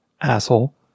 asshole